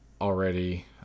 already